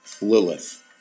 Lilith